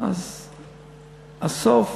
אז הסוף,